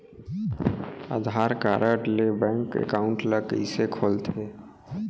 आधार card ले bank account ल कइसे खोलथे?